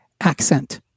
accent